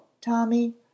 Tommy